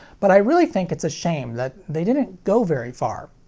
but i really think it's a shame that they didn't go very far.